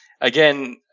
again